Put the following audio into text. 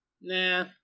Nah